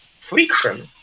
friction